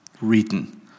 written